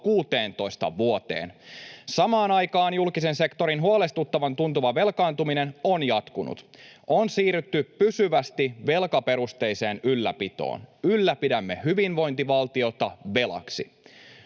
16 vuoteen. Samaan aikaan julkisen sektorin huolestuttavan tuntuva velkaantuminen on jatkunut. On siirrytty pysyvästi velkaperusteiseen ylläpitoon. Ylläpidämme hyvinvointivaltiota velaksi.